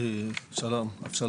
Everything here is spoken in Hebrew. שלום לכולם,